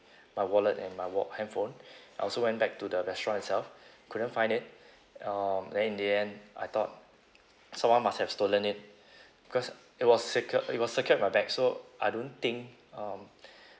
my wallet and my wa~ handphone I also went back to the restaurant itself couldn't find it um then in the end I thought someone must have stolen it cause it was secured it was secured in my bag so I don't think um